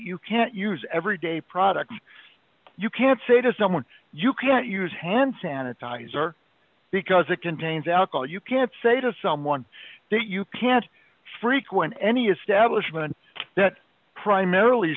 you can't use every day product you can't say to someone you can't use hand sanitizer because it contains alcohol you can't say to someone that you can't frequent any establishment that primarily